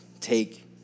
take